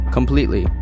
Completely